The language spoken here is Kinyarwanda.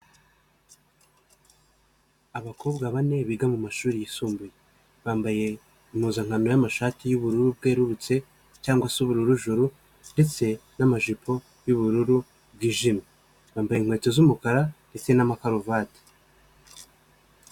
Abakobwa bane biga mu mashuri yisumbuye, bambaye impuzankano y'amashati y'ubururu bwerurutse cyangwa se ubururujuru ndetse n'amajipo y'ubururu bwijimye, bambaye inkweto z'umukara ndetse n'amakaruvati.